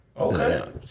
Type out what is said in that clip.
Okay